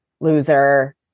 Loser